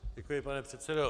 Děkuji, pane předsedo.